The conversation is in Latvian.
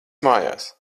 mājās